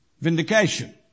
vindication